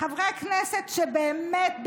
חברי כנסת שבאמת,